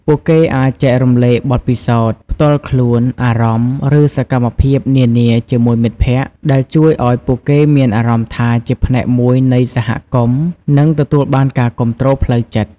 ពួកគេអាចចែករំលែកបទពិសោធន៍ផ្ទាល់ខ្លួន អារម្មណ៍ ឬសកម្មភាពនានាជាមួយមិត្តភក្តិ ដែលជួយឱ្យពួកគេមានអារម្មណ៍ថាជាផ្នែកមួយនៃសហគមន៍ និងទទួលបានការគាំទ្រផ្លូវចិត្ត។